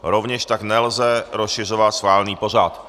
Rovněž tak nelze rozšiřovat schválený pořad.